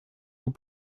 vous